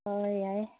ꯍꯣꯏ ꯌꯥꯏꯌꯦ